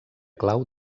clau